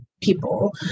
people